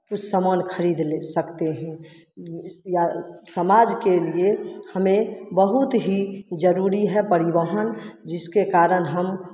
कुछ सामान खरीद ले सकते हैं या समाज के लिए हमें बहुत ही जरूरी है परिवहन जिसके कारण हम